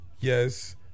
yes